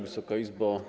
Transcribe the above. Wysoka Izbo!